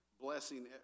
blessing